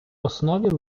основі